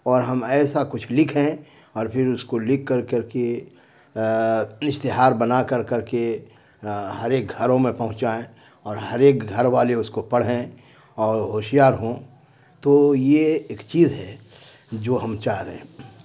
اور ہم ایسا کچھ لکھیں اور پھر اس کو لکھ کر کر کے اشتہار بنا کر کر کے ہر ایک گھروں میں پہنچائیں اور ہر ایک گھر والے اس کو پڑھیں اور ہوشیار ہوں تو یہ ایک چیز ہے جو ہم چاہ رہے ہیں